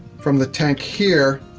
from the tank here,